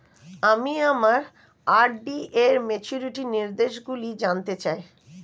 আমি আমার আর.ডি র ম্যাচুরিটি নির্দেশগুলি জানতে চাই